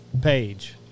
page